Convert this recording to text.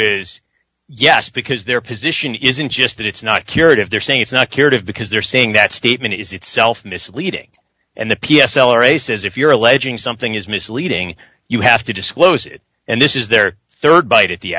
is yes because their position isn't just that it's not curative they're saying it's not curative because they're saying that statement is itself misleading and the p s l or a says if you're alleging something is misleading you have to disclose it and this is their rd bite at the